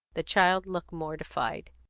the child looked mortified.